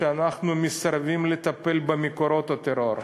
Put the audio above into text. שאנחנו מסרבים לטפל במקורות הטרור.